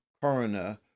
coroner